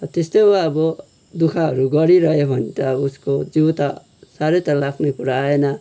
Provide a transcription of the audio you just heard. त्यस्तै हो अब दुःखहरू गरि रहयो भने त उसको जिउ त साह्रै त लाग्ने कुरा आएन